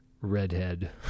redhead